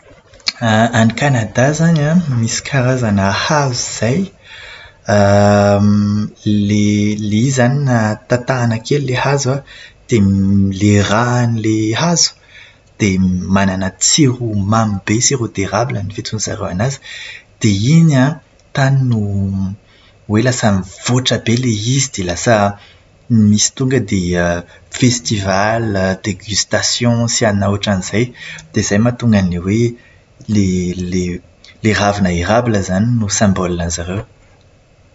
Any Kanada zany an, misy karazana hazo izay, ilay ilay izy izany na tatahana kely ilay hazo an, dia ny ilay rà an'ilay hazo, dia manana tsiro mamy be. "Sirop d'érable " no fiantsoan'izareo anazy. Dia iny an, tany no hoe lasa nivoatra be ilay izy dia lasa misy tonga dia "festival", "dégustation" sy anona ohatran'izay. Izay no mahatonga an'ilay hoe ilay ravina "érableé izany no "symbole" an'izareo.